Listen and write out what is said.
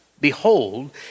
behold